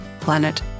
planet